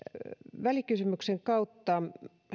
välikysymyksen kautta